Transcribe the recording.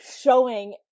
showing